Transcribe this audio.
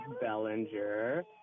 Bellinger